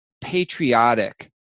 patriotic